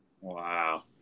Wow